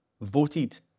voted